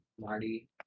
Marty